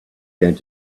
going